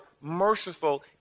merciful